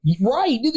Right